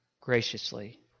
graciously